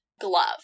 glove